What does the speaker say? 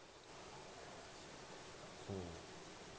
mm